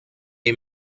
the